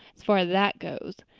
as far as that goes.